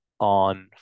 on